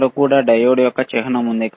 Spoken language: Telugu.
ఇక్కడ కూడా డయోడ్ యొక్క చిహ్నం ఉంది